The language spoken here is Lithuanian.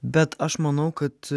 bet aš manau kad